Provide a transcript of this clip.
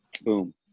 Boom